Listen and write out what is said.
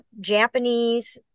Japanese